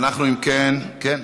אם כן, אנחנו, כן.